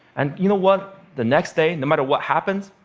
and you know what? the next day, no matter what happens,